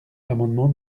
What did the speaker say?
l’amendement